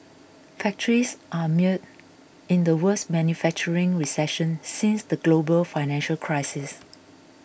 factories are mired in the worst manufacturing recession since the global financial crisis